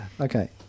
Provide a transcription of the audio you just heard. Okay